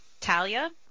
Talia